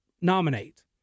nominate